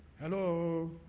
Hello